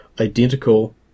identical